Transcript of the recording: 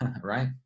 right